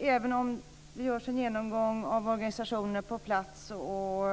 Även om det görs en genomgång av organisationerna på plats och